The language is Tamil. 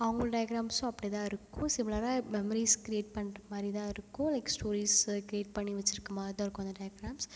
அவங்க டயக்ராம்ஸும் அப்படி தான் இருக்கும் சிமிலராக மெமரிஸ் க்ரியேட் பண்ணுற மாதிரி தான் இருக்கும் லைக் ஸ்டோரிஸை க்ரியேட் பண்ணி வச்சுருக்க மாதிரி தான் இருக்கும் அந்த டயக்ராம்ஸ்